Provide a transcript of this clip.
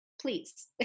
Please